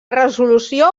resolució